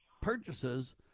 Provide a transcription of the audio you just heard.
purchases